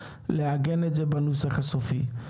לעגן את זה בנוסח הסופי.